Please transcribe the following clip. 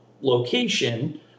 location